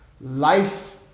life